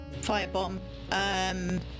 firebomb